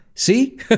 See